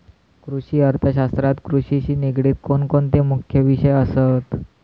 कृषि अर्थशास्त्रात कृषिशी निगडीत कोणकोणते मुख्य विषय असत?